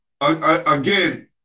again